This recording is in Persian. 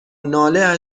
ناله